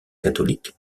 catholique